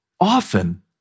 Often